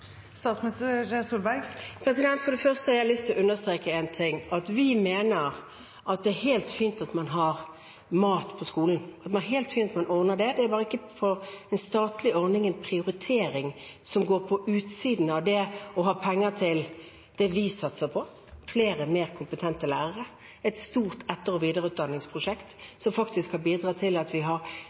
For det første har jeg lyst å understreke at vi mener at det er helt fint at man har mat på skolen, at man ordner seg med det, men det er bare ikke en prioritering for staten. Det er noe som går på utsiden av det å ha penger til det vi satser på: flere og mer kompetente lærere et stort etter- og videreutdanningsprosjekt, som har bidratt til at vi nå har